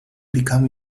become